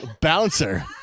Bouncer